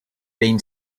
been